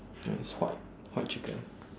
mine is white white chicken